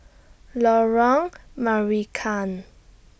Lorong Marican